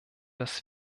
dass